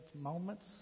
moments